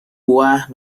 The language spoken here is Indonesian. buah